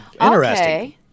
Interesting